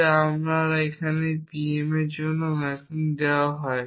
তবে আমাকে pm এর জন্যও ম্যাপিং দেওয়া হয়